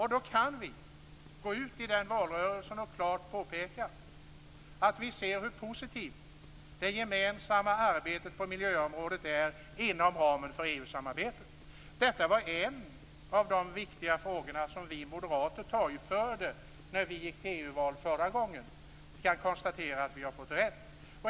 I den valrörelsen kan vi gå ut och klart påpeka att vi ser hur positivt det gemensamma arbetet på miljöområdet är inom ramen för EU-samarbetet. Detta var en av de viktiga frågorna som vi moderater torgförde när vi gick till EU-val förra gången. Vi kan nu konstatera att vi har fått rätt.